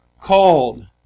called